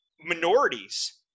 minorities